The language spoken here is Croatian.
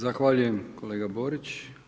Zahvaljujem kolega Borić.